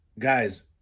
Guys